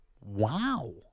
Wow